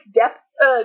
depth